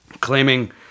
claiming